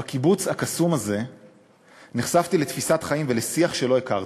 בקיבוץ הקסום הזה נחשפתי לתפיסת חיים ולשיח שלא הכרתי.